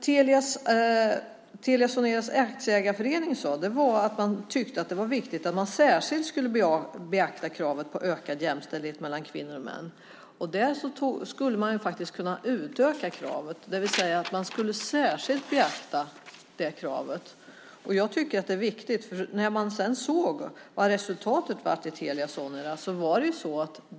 Telia Soneras aktieägarförening sade att man tyckte att det var viktigt att man särskilt beaktar kravet på ökad jämställdhet mellan kvinnor och män. Och man skulle faktiskt kunna utöka kravet, det vill säga att man särskilt skulle beakta detta krav. Jag tycker att det är viktigt. Sedan såg man resultatet i Telia Sonera.